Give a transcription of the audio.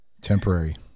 temporary